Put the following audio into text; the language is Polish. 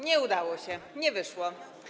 Nie udało się, nie wyszło.